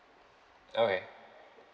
okay